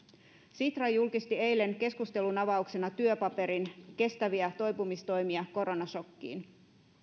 sitra julkisti eilen keskustelunavauksena työpaperin kestäviä toipumistoimia koronashokkiin